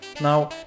Now